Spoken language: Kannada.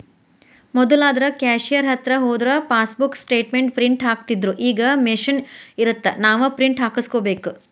ಮೊದ್ಲಾದ್ರ ಕ್ಯಾಷಿಯೆರ್ ಹತ್ರ ಹೋದ್ರ ಫಾಸ್ಬೂಕ್ ಸ್ಟೇಟ್ಮೆಂಟ್ ಪ್ರಿಂಟ್ ಹಾಕ್ತಿತ್ದ್ರುಈಗ ಮಷೇನ್ ಇರತ್ತ ನಾವ ಪ್ರಿಂಟ್ ಹಾಕಸ್ಕೋಬೇಕ